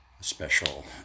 special